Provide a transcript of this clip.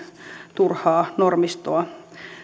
turhaa normistoa